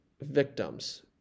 victims